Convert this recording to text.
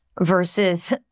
versus